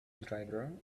driver